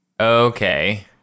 Okay